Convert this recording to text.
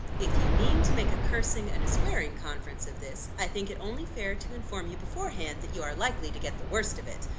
if you mean to make a cursing and a swearing conference of this, i think it only fair to inform you before-hand that you are likely to get the worst of it.